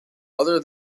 other